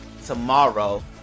tomorrow